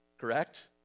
correct